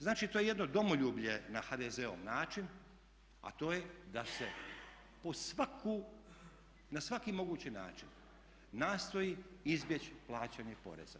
Znači to je jedno domoljublje na HDZ-ov način a to je da se na svaki mogući način nastoji izbjeći plaćanje poreza.